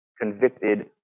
convicted